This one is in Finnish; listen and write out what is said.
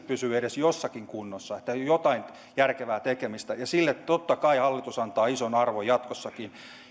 pysyvät edes jossakin kunnossa että on jotain järkevää tekemistä ja sille totta kai hallitus antaa ison arvon jatkossakin